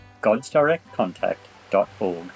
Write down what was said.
godsdirectcontact.org